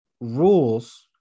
rules